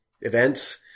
events